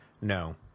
no